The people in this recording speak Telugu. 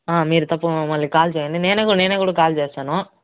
మీరు తప్ప మళ్ళీ కాల్ చెయ్యండి నేను కూడా నేను కూడా కాల్ చేస్తాను